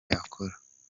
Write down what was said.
yakora